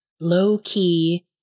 low-key